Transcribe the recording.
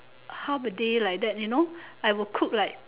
half a day like that you know I will cook like